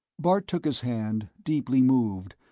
bart took his hand, deeply moved,